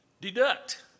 deduct